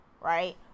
right